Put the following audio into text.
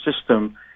system